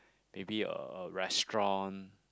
maybe a restaurant